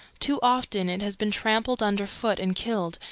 too often it has been trampled under foot and killed,